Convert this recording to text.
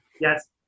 Yes